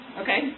Okay